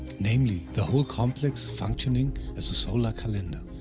namely the whole complex functioning as a solar calendar.